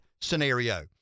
scenario